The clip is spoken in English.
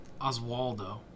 Oswaldo